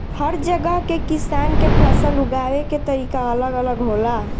हर जगह के किसान के फसल उगावे के तरीका अलग अलग होला